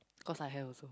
cause I have also